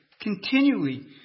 continually